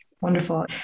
Wonderful